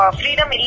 freedom